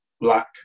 black